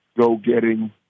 go-getting